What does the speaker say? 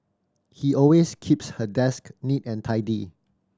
she always keeps her desk neat and tidy